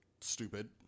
Stupid